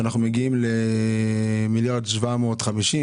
אנחנו מגיעים למיליון 750,